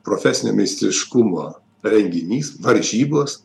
profesinio meistriškumo renginys varžybos